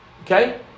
Okay